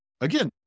Again